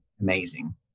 amazing